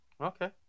okay